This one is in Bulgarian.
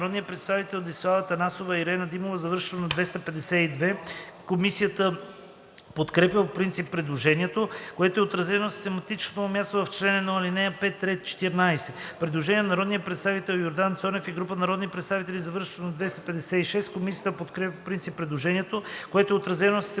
народния представител Десислава Атанасова и Ирена Димова, завършващо на 252. Комисията подкрепя по принцип предложението, което е отразено на систематичното му място в чл. 1, ал. 5. ред 14. Предложение на народния представител Йордан Цонев и група народни представители, завършващо на 256. Комисията подкрепя по принцип предложението, което е отразено на систематичното